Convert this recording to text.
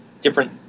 different